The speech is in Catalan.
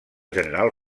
general